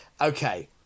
Okay